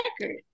record